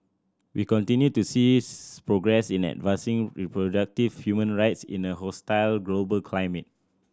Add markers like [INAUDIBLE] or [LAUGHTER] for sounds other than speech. we continue to see [UNINTELLIGIBLE] progress in advancing reproductive human rights in a hostile global climate